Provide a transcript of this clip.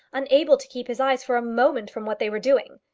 unable to keep his eyes for a moment from what they were doing!